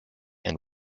and